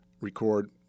record